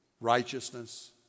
righteousness